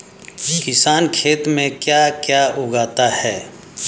किसान खेत में क्या क्या उगाता है?